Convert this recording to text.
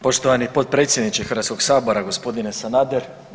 Poštovani potpredsjedniče Hrvatskoga sabora gospodine Sanader.